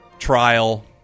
trial